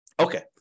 Okay